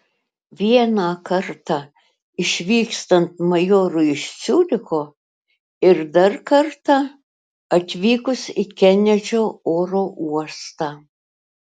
vieną kartą išvykstant majorui iš ciuricho ir dar kartą atvykus į kenedžio oro uostą